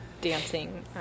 Dancing